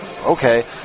okay